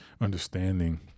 understanding